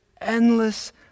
endless